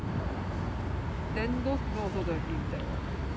then those people also don't have name tag [one] ah